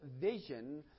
vision